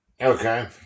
Okay